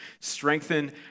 Strengthen